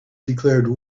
declared